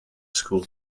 school